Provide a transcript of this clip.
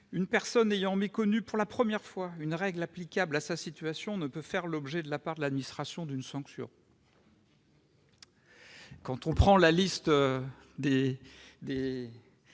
une personne ayant méconnu pour la première fois une règle applicable à sa situation [...] ne peut faire l'objet, de la part de l'administration, d'une sanction ». Quand on prend la liste des